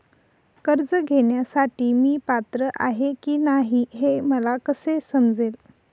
कर्ज घेण्यासाठी मी पात्र आहे की नाही हे मला कसे समजेल?